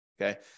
Okay